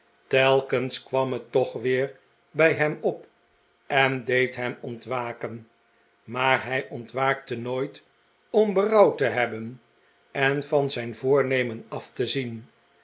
telkens kwam het toch weer bij hem op en deed hem ontwaken maar hij ontwaakte nooit om berouw te hebben en van zijn voornemen af te zien